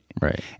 Right